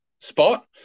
spot